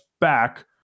back